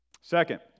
Second